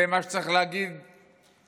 זה מה שצריך להגיד לנתניהו,